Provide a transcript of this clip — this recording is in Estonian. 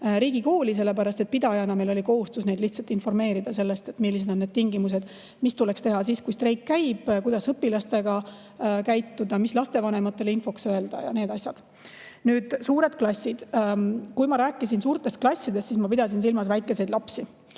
riigikooli, sellepärast et pidajana meil oli kohustus neid lihtsalt informeerida sellest, millised on need tingimused, mis tuleks teha siis, kui streik käib, kuidas õpilastega käituda, mis lastevanematele infoks öelda ja nii edasi. Nüüd, suured klassid. Kui ma rääkisin suurtest klassidest, siis ma pidasin silmas väikeseid lapsi.